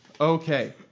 Okay